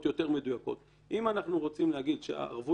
אז היינו צריכים לטכס עצה יחד ולראות מה באמת מתיישב